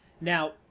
Now